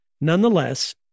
Nonetheless